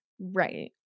right